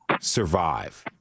survive